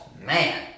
Man